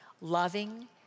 loving